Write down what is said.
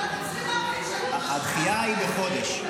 --- הדחייה היא בחודש.